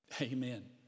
Amen